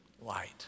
Light